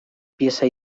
pieza